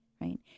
right